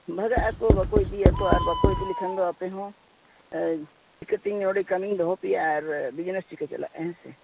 ᱵᱷᱟᱜᱟᱜᱟᱠᱚ ᱵᱟᱠᱚ ᱤᱫᱤᱭᱟᱠᱚ ᱟᱨ ᱵᱟᱠᱚ ᱤᱫᱤ ᱞᱮᱠᱷᱟᱱᱫᱚ ᱟᱯᱮᱦᱚᱸ ᱪᱮᱠᱟᱛᱮᱤᱧ ᱱᱚᱰᱮ ᱠᱟᱹᱢᱤᱧ ᱫᱚᱦᱚᱯᱮᱭᱟ ᱟᱨ ᱵᱤᱡᱽᱱᱮᱥ ᱪᱮᱠᱟᱛᱮ ᱪᱟᱞᱟᱜᱼᱟ ᱦᱮᱸ ᱥᱮ